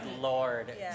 lord